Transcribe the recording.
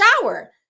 shower